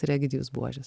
ir egidijus buožis